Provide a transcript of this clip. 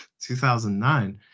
2009